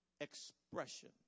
expression